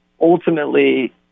ultimately